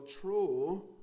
true